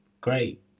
great